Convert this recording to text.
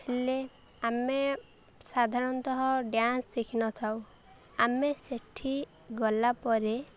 ହେଲେ ଆମେ ସାଧାରଣତଃ ଡ୍ୟାନ୍ସ ଶିଖିନଥାଉ ଆମେ ସେଇଠି ଗଲା ପରେ